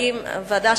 האם הוועדה,